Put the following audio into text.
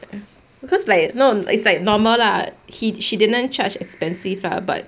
because like no it's like normal lah he she didn't charge expensive lah but